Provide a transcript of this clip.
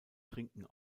trinken